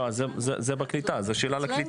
לא, אז זה בקליטה, זה שאלה לקליטה.